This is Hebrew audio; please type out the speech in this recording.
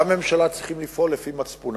בממשלה, צריכים לפעול לפי מצפונם,